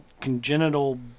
congenital